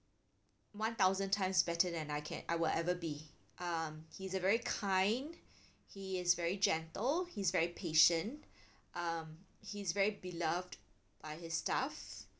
one thousand times better than I can I will ever be uh he's a very kind he is very gentle he's very patient um he's very beloved by his staff